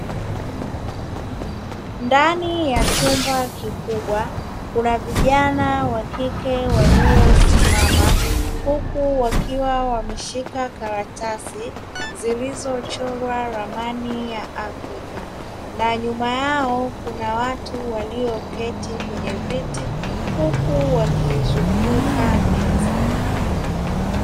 Ndani ya chumba kikubwa kuna vijana wa kike waliosimama, huku wakiwa wameshika karatasi, zilizochorwa ramani ya Afrika. Na nyuma yao kuna watu walioketi kwenye viti huku wakiizunguka meza.